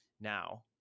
Now